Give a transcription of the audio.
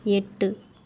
எட்டு